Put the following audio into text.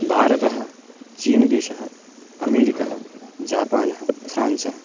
भारतः चीन्देशः अमेरिकः जापानः फ़्रान्सः